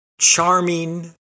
Charming